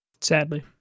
Sadly